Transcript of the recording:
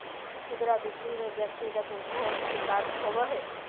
खुदरा बिक्री में व्यक्तिगत उपभोग भी शामिल होबा हइ